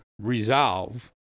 resolve